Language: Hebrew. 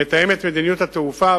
שמתאם את מדיניות התעופה,